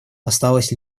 осталась